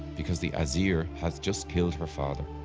because the asir has just killed her father.